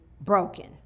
broken